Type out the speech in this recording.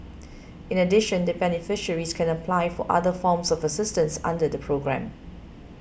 in addition the beneficiaries can apply for other forms of assistance under the programme